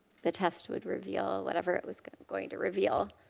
the test would reveal whatever it was going to reveal.